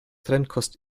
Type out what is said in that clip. trennkost